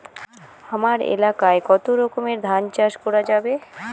হামার এলাকায় কতো রকমের ধান চাষ করা যাবে?